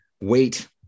wait